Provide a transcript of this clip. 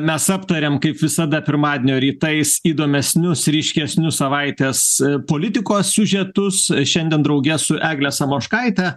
mes aptariam kaip visada pirmadienio rytais įdomesnius ryškesnius savaitės politikos siužetus šiandien drauge su egle samoškaite